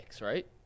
right